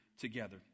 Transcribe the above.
together